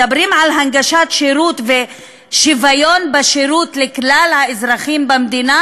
מדברים על הנגשת שירות ושוויון בשירות לכלל האזרחים במדינה?